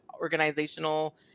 organizational